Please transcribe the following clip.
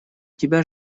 тебя